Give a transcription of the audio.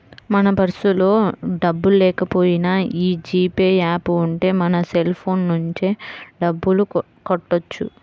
మన పర్సులో డబ్బుల్లేకపోయినా యీ జీ పే యాప్ ఉంటే మన సెల్ ఫోన్ నుంచే డబ్బులు కట్టొచ్చు